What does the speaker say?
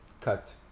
cut